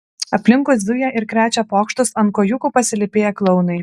aplinkui zuja ir krečia pokštus ant kojūkų pasilypėję klounai